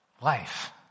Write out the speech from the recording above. life